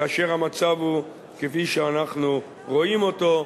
כאשר המצב הוא כפי שאנחנו רואים אותו.